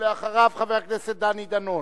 ואחריו, חבר הכנסת דני דנון,